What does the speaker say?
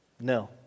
No